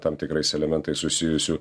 tam tikrais elementais susijusių